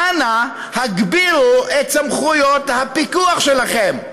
אנא הגבירו את סמכויות הפיקוח שלכם,